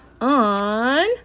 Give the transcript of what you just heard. on